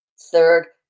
Third